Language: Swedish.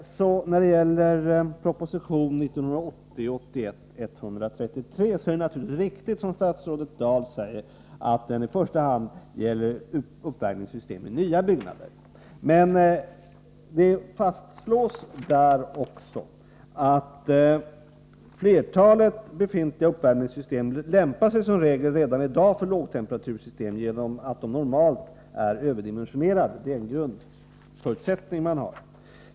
När det gäller proposition 1980/81:133 är det naturligtvis riktigt som statsrådet Dahl säger att den i första hand gäller uppvärmningssystem i nya byggnader. Men det fastslås där också: ”Flertalet befintliga uppvärmningssystem lämpar sig som regel redan i dag för lågtemperatur genom att de normalt är överdimensionerade.” Det är en grundförutsättning man har.